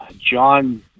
John